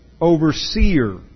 overseer